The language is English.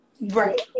right